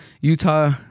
Utah